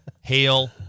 hail